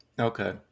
Okay